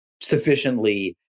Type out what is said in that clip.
sufficiently